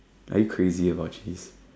are you crazy about cheese